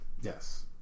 Yes